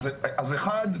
אז אחד,